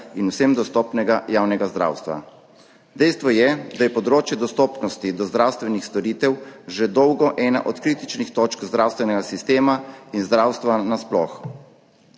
in vsem dostopnega javnega zdravstva. Dejstvo je, da je področje dostopnosti zdravstvenih storitev že dolgo ena od kritičnih točk zdravstvenega sistema in zdravstva nasploh.